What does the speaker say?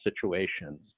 situations